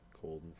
cold